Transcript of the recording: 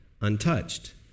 untouched